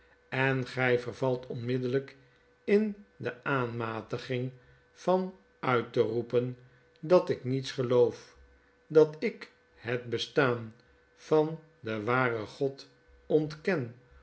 en gij vervalt onmiddellyk in de aanmatiging van uit te roepen dat ik niets geloof dat ik het bestaan van den waren god ontken